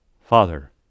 father